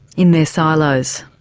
in their silos.